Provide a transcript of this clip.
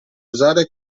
usare